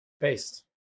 Based